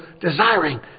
desiring